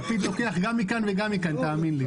לפיד לוקח גם מכאן וגם מכאן, תאמין לי.